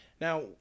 now